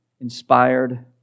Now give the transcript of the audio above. inspired